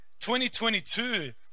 2022